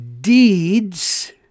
deeds